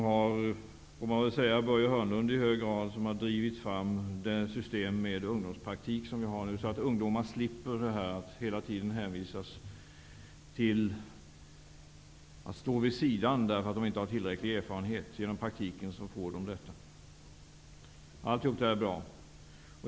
Man får väl säga att det i hög grad är Börje Hörnlund som har drivit fram systemet med ungdomspraktik, så att ungdomar slipper att hela tiden bli hänvisade till att stå vid sidan av därför att de inte har tillräcklig erfarenhet. Genom praktiken får de erfarenhet. Allt detta är bra.